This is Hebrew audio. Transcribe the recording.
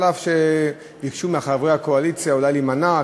אף שביקשו מחברי הקואליציה אולי להימנע,